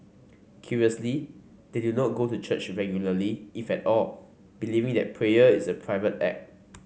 curiously they do not go to church regularly if at all believing that prayer is a private act